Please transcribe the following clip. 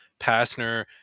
Passner